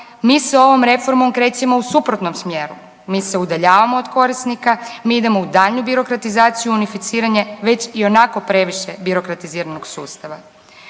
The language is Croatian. mi sa ovom reformom krećemo u suprotnom smjeru, mi se udaljavamo od korisnika, mi idemo u daljnju birokratizaciju i unificiranje već ionako previše birokratiziranog sustava.